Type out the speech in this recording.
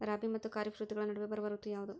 ರಾಬಿ ಮತ್ತು ಖಾರೇಫ್ ಋತುಗಳ ನಡುವೆ ಬರುವ ಋತು ಯಾವುದು?